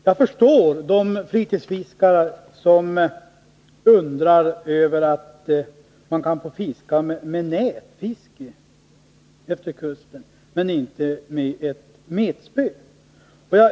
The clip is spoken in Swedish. Jag förstår de fritidsfiskare som undrar över att nätfiske kan tillåtas utefter kusten när man inte får fiska med metspö.